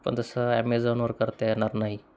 पण तसं ॲमेझॉनवर करता येणार नाही